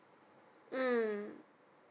mm